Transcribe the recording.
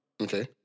Okay